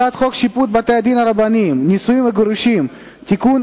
הצעת חוק שיפוט בתי-דין רבניים (נישואין וגירושין) (תיקון,